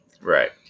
Right